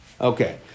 Okay